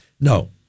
No